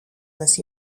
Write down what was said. this